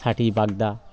ষাটি বাগদা